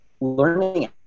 learning